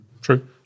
True